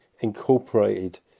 incorporated